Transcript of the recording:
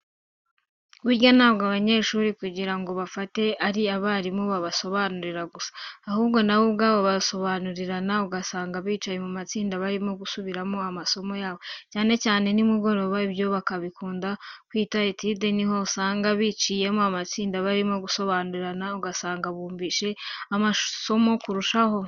Burya ntabwo abanyeshuri kugira ngo bafate ari abarimu babasobanurira gusa, ahubwo na bo ubwabo barasobanurirana ugasanga bicaye mu matsinda barimo gusubira mu masomo yabo, cyane cyane nimugoroba ibyo bakunda kwita etide ni ho usanga biciyemo amatsinda barimo gusobanurirana, ugasanga bumvise amasomo kurushaho.